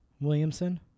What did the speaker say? Williamson